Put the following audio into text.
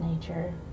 nature